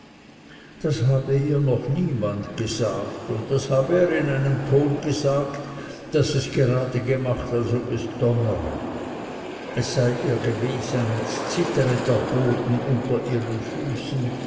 das habe ihr doch noch niemand gesagt und das habe er in einem ton gesagt daß es gerade gemacht als ob es donnere es sei ihr gewesen als zittere der boden unter ihren füßen